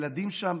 ילדים שם,